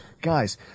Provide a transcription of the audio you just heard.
Guys